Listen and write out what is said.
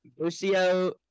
Lucio